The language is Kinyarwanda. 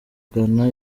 ghana